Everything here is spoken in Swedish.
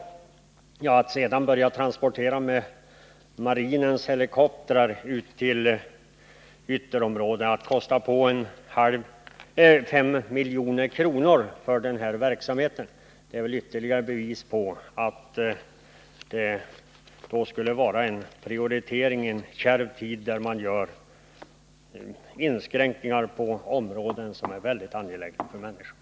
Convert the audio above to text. Att det talas om att man skulle börja transportera personal med marinens helikoptrar ut till ytterområdena — och att föreslagna åtgärder skulle kosta 5 milj.kr. — är väl ytterligare ett bevis för att det i en kärv tid skulle vara fråga om en märklig prioritering.